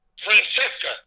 Francesca